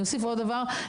אני אוסיף עוד דבר.